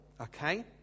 Okay